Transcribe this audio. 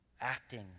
acting